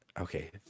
okay